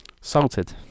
Salted